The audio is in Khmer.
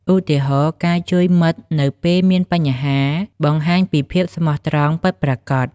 ឧទាហរណ៍ ការជួយមិត្តនៅពេលមានបញ្ហា បង្ហាញពីភាពស្មោះត្រង់ពិតប្រាកដ។